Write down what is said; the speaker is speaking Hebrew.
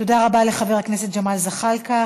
תודה רבה לחבר הכנסת ג'מאל זחאלקה.